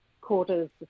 quarters